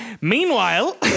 Meanwhile